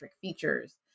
features